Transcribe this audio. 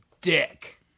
dick